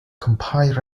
compiled